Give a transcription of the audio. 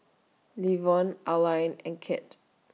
Levon Alline and Kirt